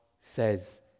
says